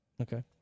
Okay